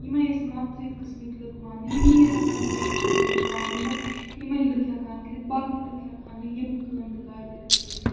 یِمَے ٲسۍ یِوان تھٔدۍ قٕسمٕکۍ لُکھ ماننہٕ یِمنٕے ٲسۍ آسان کیٚنٛہہ کٲم تہٕ کار یِم بس یِمَے لُکھ ہٮ۪کہن کٔرِتھ باقٕے لُکھ ہٮ۪کہٕ ہن نہٕ یِم کٲم تہٕ کار کٔرِتھ کیٚنٛہہ